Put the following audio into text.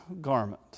garment